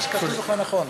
מה שכתוב לך נכון.